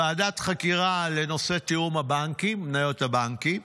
ועדת חקירה לנושא תיאום הבנקים, מניות הבנקים,